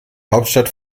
hauptstadt